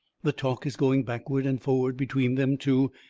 the talk is going backward and forward between them two,